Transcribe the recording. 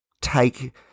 take